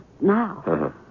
now